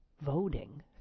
voting